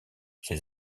ces